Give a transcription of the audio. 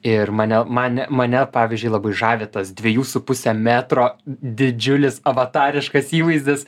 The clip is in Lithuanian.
ir mane mane mane pavyzdžiui labai žavi tas dviejų su puse metro didžiulis avatariškas įvaizdis